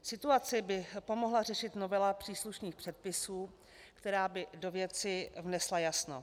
Situaci by pomohla řešit novela příslušných předpisů, která by do věci vnesla jasno.